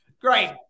Great